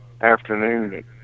afternoon